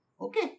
Okay